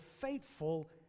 faithful